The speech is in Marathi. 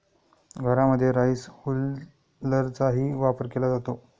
घरांमध्ये राईस हुलरचाही वापर केला जातो